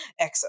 EXO